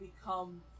become